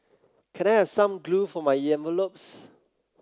can I have some glue for my envelopes